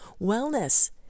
wellness